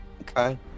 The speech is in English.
Okay